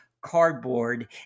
cardboard